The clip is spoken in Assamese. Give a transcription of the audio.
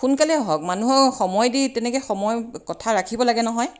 সোনকালে আহক মানুহক সময় দি তেনেকৈ সময় কথা ৰাখিব লাগে নহয়